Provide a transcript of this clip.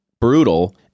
brutal